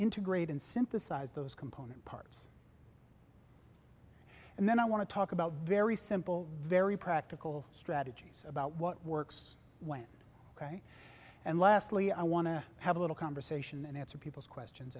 integrate and synthesize those component parts and then i want to talk about very simple very practical strategies about what works when and lastly i want to have a little conversation and answer people's questions